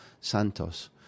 Santos